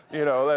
you know,